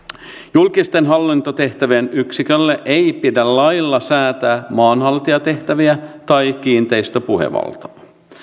julkisten hallintotehtävien yksikölle ei pidä lailla säätää maanhaltijatehtäviä tai kiinteistöpuhevaltaa